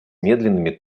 медленными